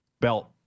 belt